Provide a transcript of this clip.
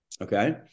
Okay